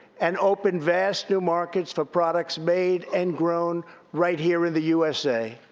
and open vast new markets for products made and grown right here in the usa.